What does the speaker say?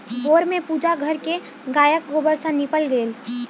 भोर में पूजा घर के गायक गोबर सॅ नीपल गेल